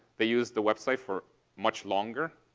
they use the website for much longer,